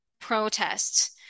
protests